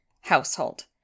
household